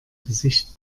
gesicht